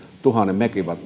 tuhannen